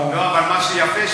מה שיפה,